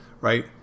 right